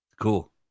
Cool